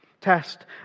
test